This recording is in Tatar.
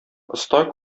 оста